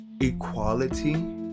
equality